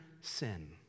sin